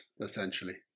essentially